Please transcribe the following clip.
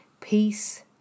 Peace